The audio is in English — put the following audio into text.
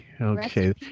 Okay